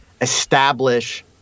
establish